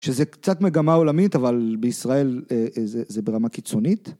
שזה קצת מגמה עולמית אבל בישראל זה ברמה קיצונית